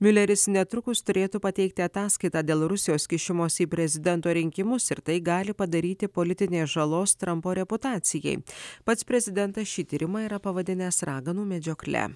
mileris netrukus turėtų pateikti ataskaitą dėl rusijos kišimosi į prezidento rinkimus ir tai gali padaryti politinės žalos trampo reputacijai pats prezidentas šį tyrimą yra pavadinęs raganų medžiokle